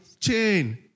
chain